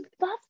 love